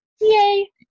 yay